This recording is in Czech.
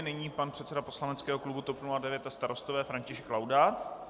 Nyní pan předseda poslaneckého klubu TOP 09 a Starostové František Laudát.